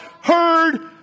heard